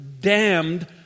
damned